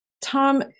Tom